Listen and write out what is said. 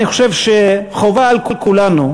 אני חושב שחובה על כולנו,